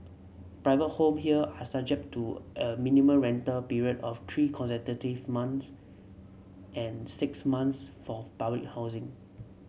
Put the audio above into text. private home here are subject to a minimum rental period of three consecutive months and six months fourth public housing